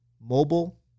Mobile